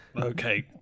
Okay